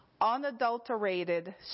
unadulterated